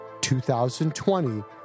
2020